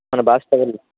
ᱢᱟᱱᱮ bus travel ᱞᱟ ᱜᱤᱫ